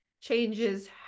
changes